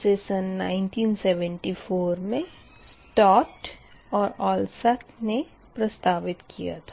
इसे सन 1974 मे सटोट्ट और अलसाक ने प्रस्तावित किया था